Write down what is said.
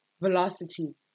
velocity